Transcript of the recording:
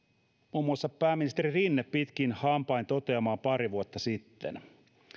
muun muassa pääministeri rinne pitkin hampain toteamaan pari vuotta sitten